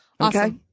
okay